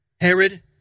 Herod